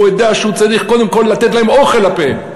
הוא ידע שהוא צריך קודם כול לתת להם אוכל לפה.